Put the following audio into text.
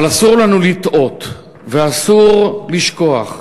אבל אסור לנו לטעות, ואסור לשכוח,